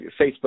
facebook